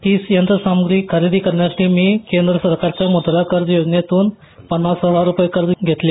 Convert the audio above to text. तीच यंत्र सामुग्री खरेदी करण्यासाठी मी केंद्र सरकारच्या मुद्रा योजनेतून पन्नास हजार रूपये कर्ज घेतले